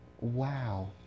wow